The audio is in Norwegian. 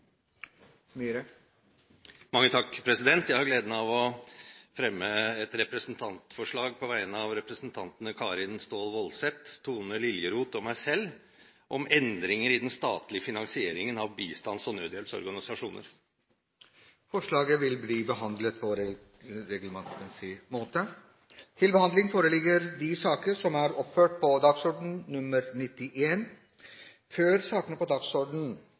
Myhre vil framsette et representantforslag. Jeg har gleden av å fremme et representantforslag på vegne av representantene Karin S. Woldseth, Tone Liljeroth og meg selv om endringer i den statlige finansieringen av bistands- og nødhjelpsorganisasjoner. Forslaget vil bli behandlet på reglementsmessig måte. Før sakene på